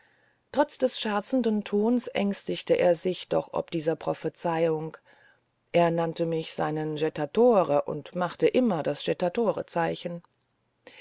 trotz des scherzenden tones ängstigte er sich doch ob dieser prophezeiung er nannte mich seinen jettatore und machte immer das